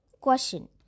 question